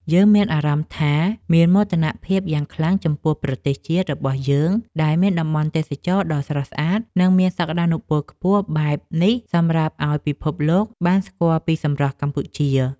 យើងមានអារម្មណ៍ថាមានមោទនភាពយ៉ាងខ្លាំងចំពោះប្រទេសជាតិរបស់យើងដែលមានតំបន់ទេសចរណ៍ដ៏ស្រស់ស្អាត និង មានសក្តានុពលខ្ពស់បែបនេះសម្រាប់ឱ្យពិភពលោកបានស្គាល់ពីសម្រស់កម្ពុជា។